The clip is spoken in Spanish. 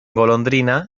golondrina